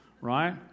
right